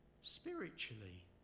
spiritually